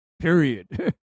period